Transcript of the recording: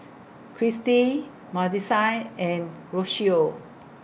Christie Madisyn and Rocio